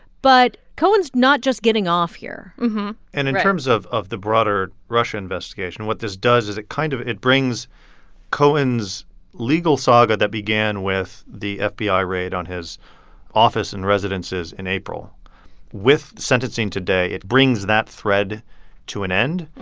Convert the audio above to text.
but cohen's not just getting off here right and in terms of of the broader russia investigation, what this does is it kind of it brings cohen's legal saga that began with the fbi raid on his office and residences in april with sentencing today, it brings that thread to an end.